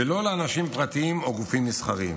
ולא לאנשים פרטיים או גופים מסחריים".